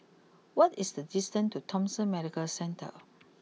what is the distance to Thomson Medical Centre